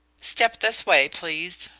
step this way, please,